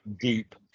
deep